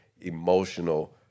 emotional